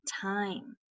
Time